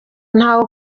ntawe